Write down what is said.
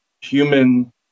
human